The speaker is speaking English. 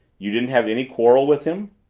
you didn't have any quarrel with him?